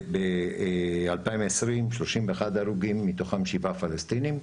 וב-2020 31 הרוגים, מתוכם 7 פלסטינים.